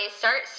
start